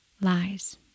lies